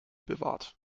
bewahrt